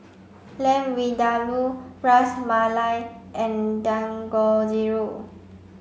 Lamb Vindaloo Ras Malai and Dangojiru